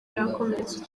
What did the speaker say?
yakomeretse